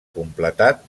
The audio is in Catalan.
completar